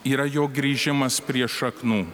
yra jo grįžimas prie šaknų